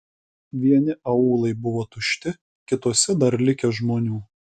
vieni aūlai buvo tušti kituose dar likę žmonių